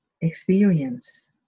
experience